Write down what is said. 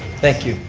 thank you.